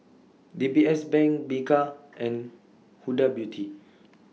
D B S Bank Bika and Huda Beauty